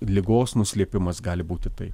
ligos nuslėpimas gali būti taip